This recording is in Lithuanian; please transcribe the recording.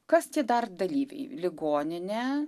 kas dar dalyviai ligoninė